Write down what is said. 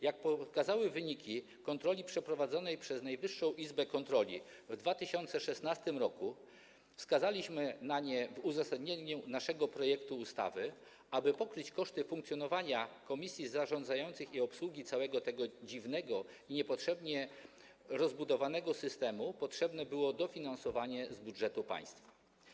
Jak pokazały wyniki kontroli przeprowadzonej przez Najwyższą Izbę Kontroli w 2016 r. - wskazaliśmy na nie w uzasadnieniu naszego projektu ustawy - aby pokryć koszty funkcjonowania komisji zarządzających i obsługi całego tego dziwnego i niepotrzebnie rozbudowanego systemu, potrzebne było dofinansowanie z budżetu państwa.